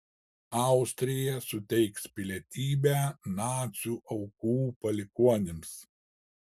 austrija suteiks pilietybę nacių aukų palikuonims